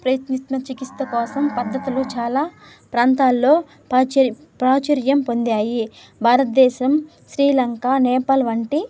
ప్రయత్నిస్తున్న చికిత్స కోసం పద్ధతులు చాలా ప్రాంతాల్లో పాచై ప్రాచుర్యం పొందాయి భారతదేశం శ్రీలంక నేపాల్ వంటి